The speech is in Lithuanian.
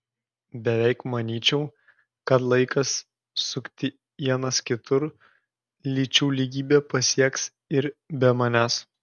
beveik manyčiau kad laikas sukti ienas kitur lyčių lygybę pasieks ir be manęs